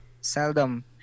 seldom